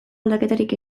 aldaketarik